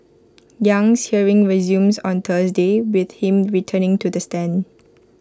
Yang's hearing resumes on Thursday with him returning to the stand